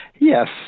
Yes